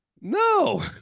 No